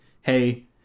hey